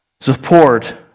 support